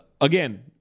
again